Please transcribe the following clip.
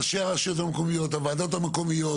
ראשי הרשויות המקומיות, הוועדות המקומיות